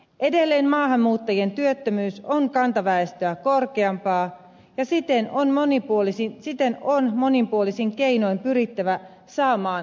edelleen maahanmuuttajien työttömyys on kanta väestöä korkeampaa ja siihen on monipuolisin keinoin pyrittävä saamaan muutosta